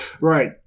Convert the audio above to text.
Right